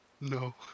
No